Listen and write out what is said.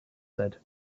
said